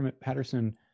patterson